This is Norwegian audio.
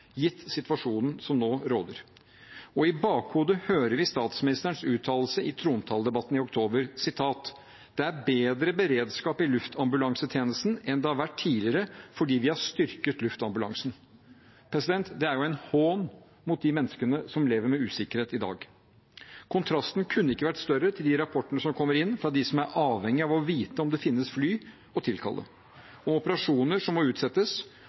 gitt situasjonen som nå råder. I bakhodet hører vi statsministerens uttalelse i trontaledebatten i oktober: «Det er altså bedre beredskap i luftambulansetjenesten enn det var tidligere, fordi vi har styrket luftambulansen.» Det er jo en hån mot de menneskene som lever med usikkerhet i dag. Kontrasten kunne ikke vært større til de rapportene som kommer inn, fra dem som er avhengige av å vite om det finnes fly å tilkalle, om operasjoner som må utsettes,